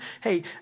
hey